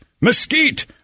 mesquite